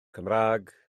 cymraeg